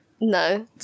No